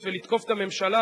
ולתקוף את הממשלה,